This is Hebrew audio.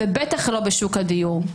ובטח לא בשוק הדיור.